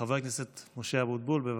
חבר הכנסת משה אבוטבול, בבקשה.